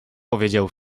powiedział